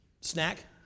snack